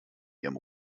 ihrem